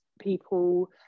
people